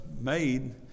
made